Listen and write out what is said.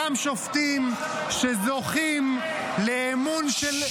אותם שופטים שזוכים לאמון של,